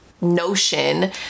notion